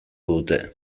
dute